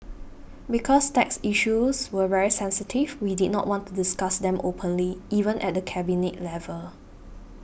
because tax issues were very sensitive we did not want to discuss them openly even at the Cabinet level